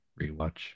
rewatch